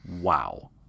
Wow